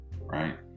right